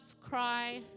cry